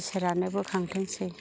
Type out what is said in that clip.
इसोरानो बोखांथोंसै